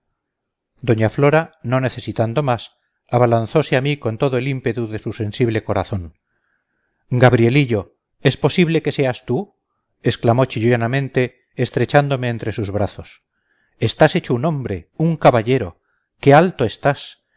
doña flora no necesitando más abalanzose a mí con todo el ímpetu de su sensible corazón gabrielillo es posible que seas tú exclamó chillonamente estrechándome entre sus brazos estás hecho un hombre un caballero qué alto estás